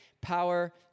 power